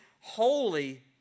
holy